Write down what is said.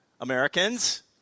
Americans